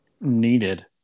needed